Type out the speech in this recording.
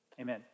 Amen